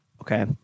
Okay